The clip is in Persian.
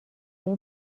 این